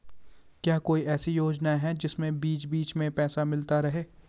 क्या कोई ऐसी योजना है जिसमें बीच बीच में पैसा मिलता रहे?